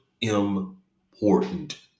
important